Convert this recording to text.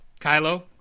kylo